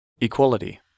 Equality